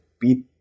beat